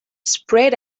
sprayed